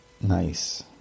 Nice